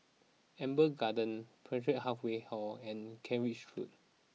Amber Garden Pertapis Halfway House and Kent Ridge Road